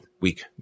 week